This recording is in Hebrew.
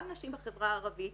גם נשים בחברה הערבית,